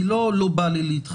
היא לא לא בא להתחסן.